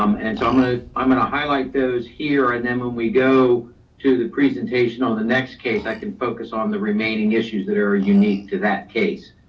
um and so um ah i'm gonna highlight those here. and then when we go to the presentation on the next case, i can focus on the remaining issues that are unique to that case.